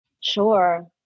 Sure